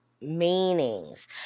meanings